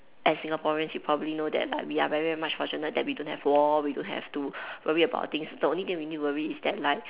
as Singaporeans you probably know that like we are very much fortunate that we don't have war we don't have to worry about things the only things we need to worry is like